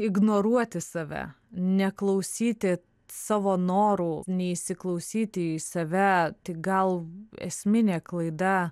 ignoruoti save neklausyti savo norų neįsiklausyti į save tąi gal esminė klaida